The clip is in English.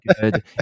good